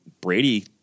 Brady